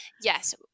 yes